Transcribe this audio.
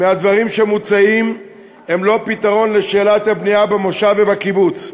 מהדברים שמוצעים הם לא פתרון של שאלת הבנייה במושב ובקיבוץ.